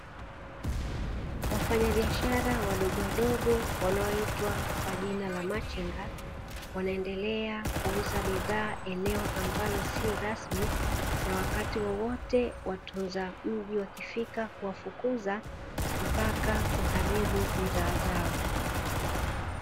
Mfanyabiashara wadogo wadogo wanaoitwa kwa jina la machinga, wanaendelea kuuza bidhaa eneo ambalo si rasmi na wakati wowote watunza mji wakifika kuwafukuza mpaka kuharibu bidhaa zao.